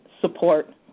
support